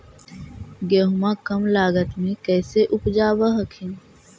गेहुमा कम लागत मे कैसे उपजाब हखिन?